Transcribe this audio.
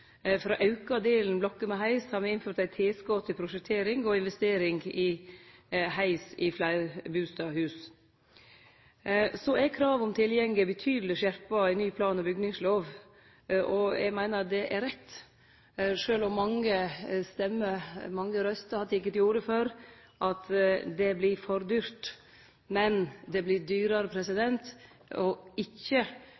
For å auke delen blokker med heis har me innført eit tilskott til prosjektering og investering i heis i fleirbustadhus. Krav om tilgjenge er betydelig skjerpa i ny plan- og bygningslov, og eg meiner det er rett, sjølv om mange røyster har teke til orde for at det vert for dyrt. Men det vert dyrare